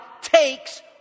takes